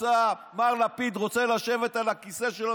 מר לפיד רוצה לשבת על הכיסא שלו,